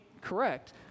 correct